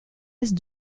est